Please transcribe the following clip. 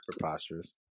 Preposterous